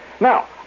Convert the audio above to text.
Now